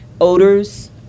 odors